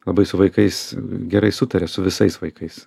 labai su vaikais gerai sutaria su visais vaikais